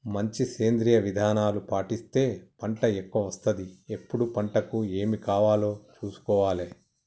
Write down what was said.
మంచి సేంద్రియ విధానాలు పాటిస్తే పంట ఎక్కవ వస్తది ఎప్పుడు పంటకు ఏమి కావాలో చూసుకోవాలే